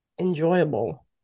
enjoyable